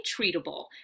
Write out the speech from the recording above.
treatable